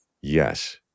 yes